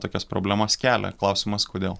tokias problemas kelia klausimas kodėl